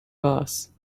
boss